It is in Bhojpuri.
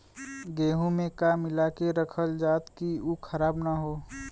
गेहूँ में का मिलाके रखल जाता कि उ खराब न हो?